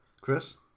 Chris